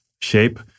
shape